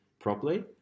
properly